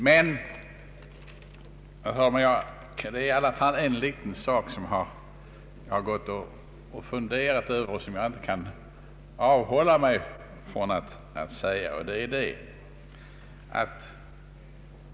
Det är i alla fall en liten sak som jag har gått och funderat över och inte kan avhålla mig från att säga ett par ord om.